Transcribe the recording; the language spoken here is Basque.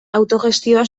autogestioa